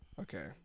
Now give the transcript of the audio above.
Okay